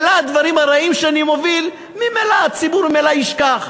את הדברים הרעים שאני מוביל ממילא הציבור ישכח.